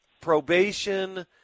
probation